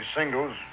singles